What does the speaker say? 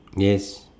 yes